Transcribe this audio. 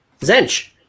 Zench